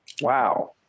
Wow